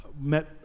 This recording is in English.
met